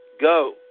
go